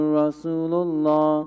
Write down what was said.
Rasulullah